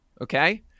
okay